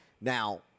Now